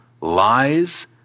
lies